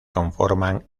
conforman